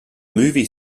movie